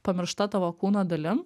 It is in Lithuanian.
pamiršta tavo kūno dalim